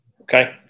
Okay